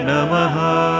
Namaha